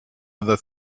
other